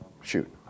Shoot